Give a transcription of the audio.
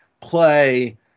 play